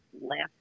left